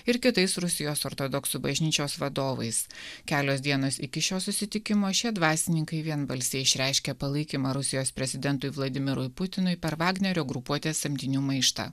ir kitais rusijos ortodoksų bažnyčios vadovais kelios dienos iki šio susitikimo šie dvasininkai vienbalsiai išreiškė palaikymą rusijos prezidentui vladimirui putinui per vagnerio grupuotės samdinių maištą